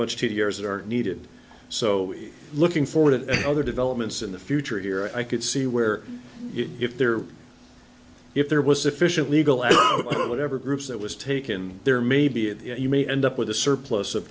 much two years that are needed so looking forward to other developments in the future here i could see where if there if there was sufficient legal and whatever groups that was taken there maybe you may end up with a surplus of